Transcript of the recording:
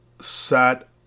sat